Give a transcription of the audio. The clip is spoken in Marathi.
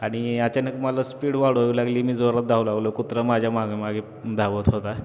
आणि अचानक मला स्पीड वाढवावी लागली मी जोरात धावू लागलो कुत्रा माझ्या मागे मागे धावत होता